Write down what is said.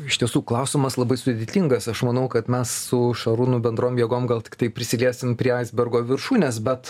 iš tiesų klausimas labai sudėtingas aš manau kad mes su šarūnu bendrom jėgom gal tiktai prisiliesim prie aisbergo viršūnės bet